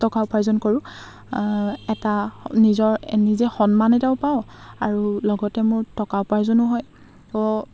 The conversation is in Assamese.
টকা উপাৰ্জন কৰোঁ এটা নিজৰ নিজে সন্মান এটাও পাওঁ আৰু লগতে মোৰ টকা উপাৰ্জনো হয় ত'